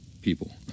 people